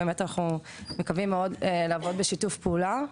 אנחנו מקווים מאוד לעבוד בשיתוף פעולה.